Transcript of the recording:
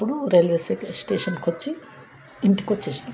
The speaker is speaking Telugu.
అప్పుడు రైల్వే స్టేషన్కి వచ్చి ఇంటికి వచ్చినాం